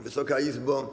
Wysoka Izbo!